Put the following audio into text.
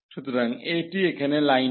সুতরাং এটি এখানে লাইনটি